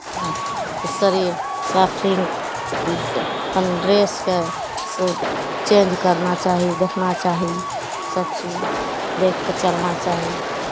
शरीर सफरिंग अपन ड्रेसकेँ से चेंज करना चाही देखना चाही सभचीज देखि कऽ चलना चाही